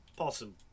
awesome